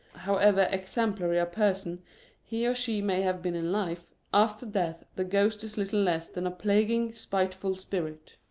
however exemplary a person he or she may have been in life, after death the ghost is little less than a plaguing, spiteful spirit